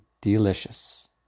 delicious